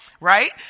right